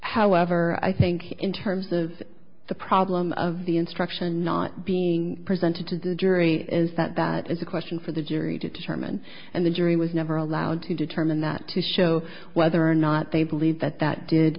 however i think in terms of the problem of the instruction not being presented to the jury is that that is a question for the jury to determine and the jury was never allowed to determine that to show whether or not they believe that that did